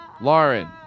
Lauren